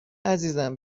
عزیزم